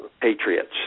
patriots